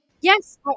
Yes